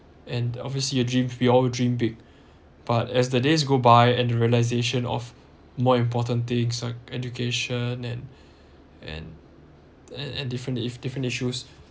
and obviously you'll dream we all dream big but as the days goes by and realization of more important things like education and and and and different issu~ different issues